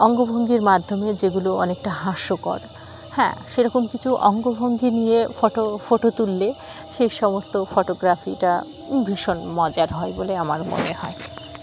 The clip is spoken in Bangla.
অঙ্গভঙ্গির মাধ্যমে যেগুলো অনেকটা হাস্যকর হ্যাঁ সেরকম কিছু অঙ্গভঙ্গি নিয়ে ফটো ফটো তুললে সেই সমস্ত ফটোগ্রাফিটা ভীষণ মজার হয় বলে আমার মনে হয়